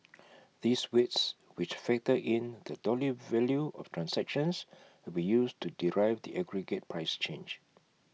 these weights which factor in the dollar value of transactions will be used to derive the aggregate price change